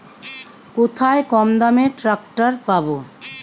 কোথায় কমদামে ট্রাকটার পাব?